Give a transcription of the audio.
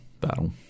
battle